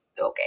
okay